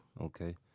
Okay